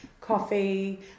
Coffee